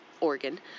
organ